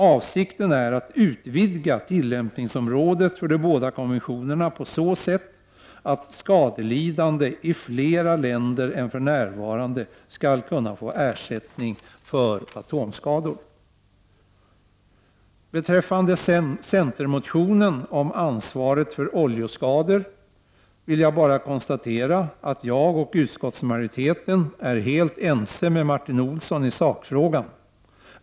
Avsikten är att utvidga tillämpningsområdet för de båda konventionerna på så sätt, att skadelidande i flera länder än för närvarande skall kunna få ersättning för atomskador. Beträffande centerns motion om ansvaret för oljeskador vill jag bara konstatera att jag och utskottsmajoriteten är helt ense med Martin Olsson i sak frågan.